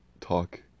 talk